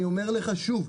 אני אומר לך שוב,